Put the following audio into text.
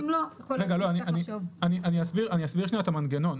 אם לא נחשוב --- אסביר את המנגנון,